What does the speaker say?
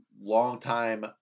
longtime